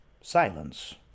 Silence